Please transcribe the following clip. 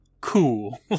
Cool